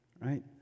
right